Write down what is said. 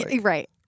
Right